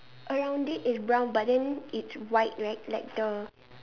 around it is brown but then it's white right like the